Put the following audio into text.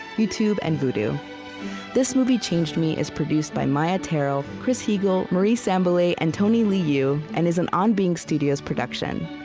youtube, and vudu this movie changed me is produced by maia tarrell, chris heagle, marie sambilay, and tony liu, and is an on being studios production.